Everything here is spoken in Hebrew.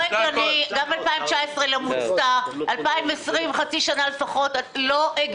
לא מוצה, גם ב-2020 חצי שנה לפחות לא מוצה.